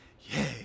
Yay